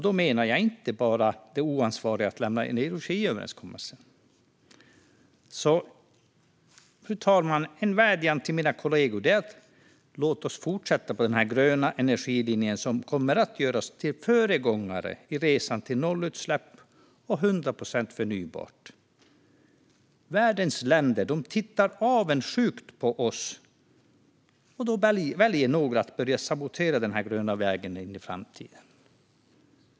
Då menar jag inte bara det oansvariga i att lämna energiöverenskommelsen. Fru talman! En vädjan till mina kollegor: Låt oss fortsätta på denna gröna energilinje som kommer att göra oss till föregångare på resan till nollutsläpp och 100 procent förnybart. Världens länder tittar avundsjukt på oss, och då väljer några att börja sabotera denna gröna väg in i framtiden.